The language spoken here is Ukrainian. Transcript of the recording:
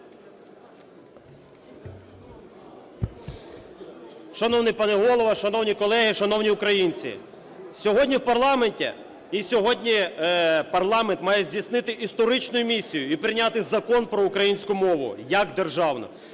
Шановний пане Голово! Шановні колеги! Шановні українці! Сьогодні у парламенті… і сьогодні парламент має здійснити історичну місію і прийняти Закон про українську мову як державну,